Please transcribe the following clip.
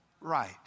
right